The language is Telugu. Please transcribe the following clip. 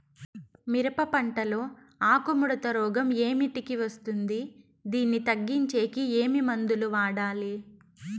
మిరప పంట లో ఆకు ముడత రోగం ఏమిటికి వస్తుంది, దీన్ని తగ్గించేకి ఏమి మందులు వాడాలి?